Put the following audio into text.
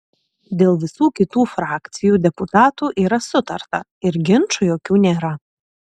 dėl visų kitų frakcijų deputatų yra sutarta ir ginčų jokių nėra